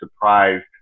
surprised